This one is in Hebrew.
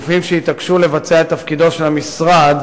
גופים שיתעקשו לבצע את תפקידו של המשרד